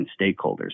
stakeholders